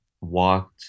walked